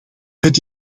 het